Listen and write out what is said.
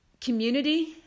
community